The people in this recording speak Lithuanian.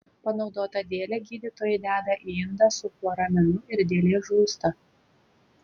panaudotą dėlę gydytoja deda į indą su chloraminu ir dėlė žūsta